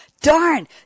darn